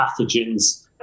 pathogens